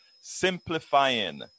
Simplifying